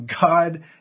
God